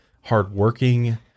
hardworking